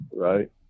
Right